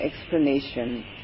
explanation